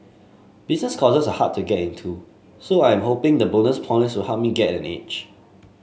business courses are hard to get into so I am hoping the bonus points will help me get an edge